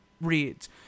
reads